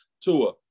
Tua